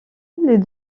les